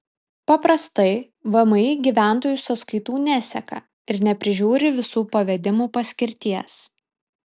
paprastai vmi gyventojų sąskaitų neseka ir neprižiūri visų pavedimų paskirties